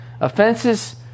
Offenses